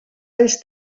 alls